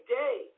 day